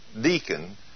deacon